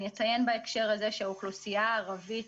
אני אציין בהקשר הזה שהאוכלוסייה הערבית